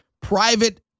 private